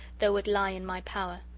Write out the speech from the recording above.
though it lie in my power.